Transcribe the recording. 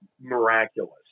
miraculous